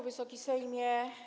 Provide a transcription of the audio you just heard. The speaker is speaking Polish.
Wysoki Sejmie!